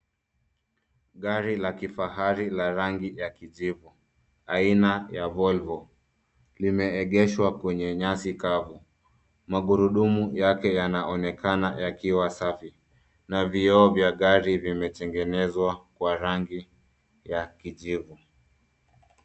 Gari la kifahari la rangi ya kijivu, aina la volvo. Limeegeshwa kwenye nyasi kavu. Magurudumu yake yanaonekana yakiwa safi, na vioo vya gari vimetengenezwa kwa rangi ya kijivu.